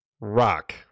rock